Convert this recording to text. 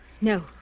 No